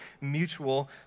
mutual